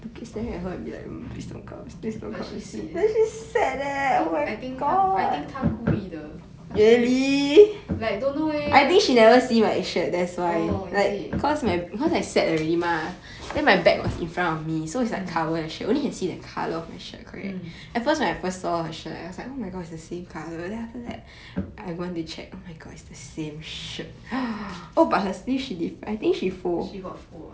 but she sit think I think 她 I think 她故意的她故意 like don't know leh orh is it mm mm she got fold ah